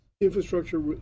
infrastructure